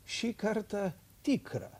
šį kartą tikra